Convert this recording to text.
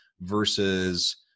versus